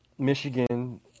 Michigan